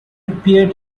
appeared